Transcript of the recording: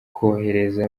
kohereza